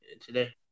today